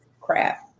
crap